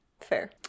Fair